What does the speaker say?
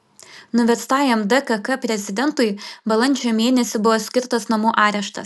nuverstajam dkk prezidentui balandžio mėnesį buvo skirtas namų areštas